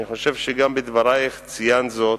אני חושב שגם בדברייך ציינת זאת,